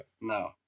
no